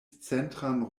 centran